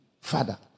Father